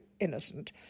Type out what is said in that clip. innocent